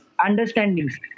understandings